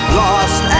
lost